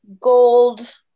gold